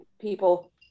people